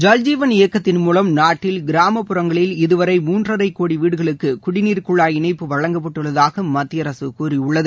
ஜல்ஜீவன் இயக்கத்தின் மூவம் நாட்டில் கிராமப்புறங்களில் இதுவரை மூன்றரைக் கோடி வீடுகளுக்கு குடிநீர் குழாய் இணைப்பு வழங்கப்பட்டுள்ளதாக மத்திய அரசு கூறியுள்ளது